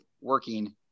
working